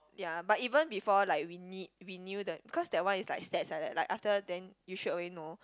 ya but even before like we kn~ we knew the because that one is like stats like that like after then you straight away know